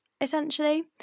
essentially